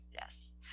Yes